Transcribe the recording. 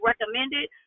recommended